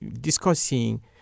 discussing